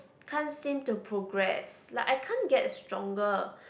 can't seem to progress like I can't get stronger